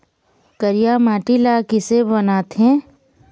करिया माटी ला किसे बनाथे?